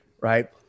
Right